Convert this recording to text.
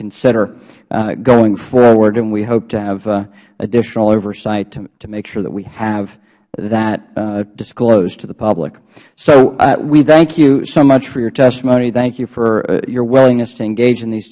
consider going forward and we hope to have additional oversight to make sure that we have that disclosed to the public so we thank you so much for your testimony thank you for your willingness to engage in these